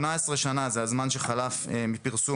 היעדר שוליים רחבים ומפרצי